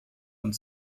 und